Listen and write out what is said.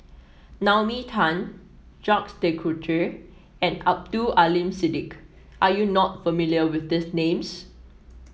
Naomi Tan Jacques De Coutre and Abdul Aleem Siddique are you not familiar with these names